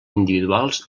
individuals